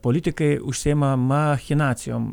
politikai užsiima machinacijom